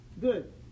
good